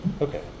Okay